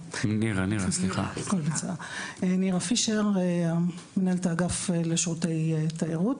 נירה פישר מנהלת האגף לשירותי תיירות.